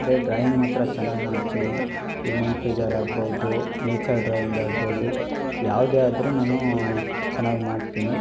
ಆದರೆ ಡ್ರಾಯಿಂಗ್ ಮಾತ್ರ ಚೆನ್ನಾಗಿ ಮಾಡ್ತೀನಿ ಹ್ಯೂಮನ್ ಫಿಗರ್ ಆಗ್ಬೋದು ನೇಚರ್ ಡ್ರಾಯಿಂಗ್ ಆಗ್ಬೋದು ಯಾವುದೇ ಆದ್ರೂ ನಾನೂ ಚೆನ್ನಾಗಿ ಮಾಡ್ತೀನಿ